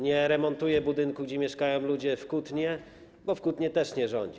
Nie remontuje budynku, gdzie mieszkają ludzie w Kutnie, bo w Kutnie też nie rządzi.